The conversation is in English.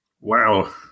Wow